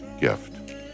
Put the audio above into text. gift